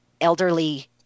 elderly